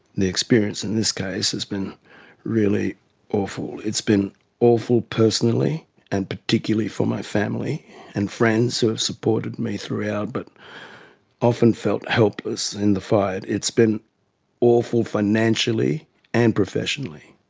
the experience in this case has been really awful. it's been awful personally and particularly for my family and friends who have supported me throughout but often felt helpless in the fight. it's been awful financially and professionally.